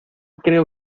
creo